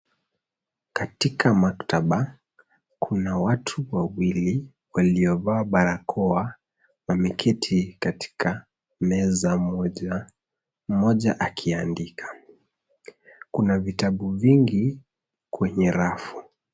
Katika maktaba kuna watu wawili waliovaa barakoa wameketi katika meza moja, moja akiandika. Kuna vitabu vingi kwenye rafu.